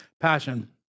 Passion